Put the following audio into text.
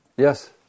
Yes